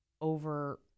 over